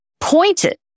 pointed